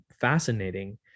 fascinating